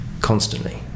constantly